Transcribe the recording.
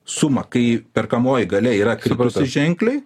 sumą kai perkamoji galia yra kritusi ženkliai